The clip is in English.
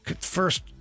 first